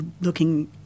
looking